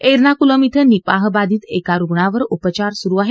एर्नाकुलम खे निपाह बाधित एका रुग्णावर उपचार सुरु आहेत